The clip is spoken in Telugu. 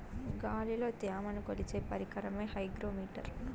గాలిలో త్యమను కొలిచే పరికరమే హైగ్రో మిటర్